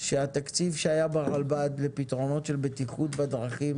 שהתקציב שהיה ברלב"ד לפתרונות של בטיחות בדרכים